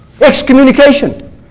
excommunication